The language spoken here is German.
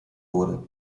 wurde